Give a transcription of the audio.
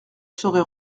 serai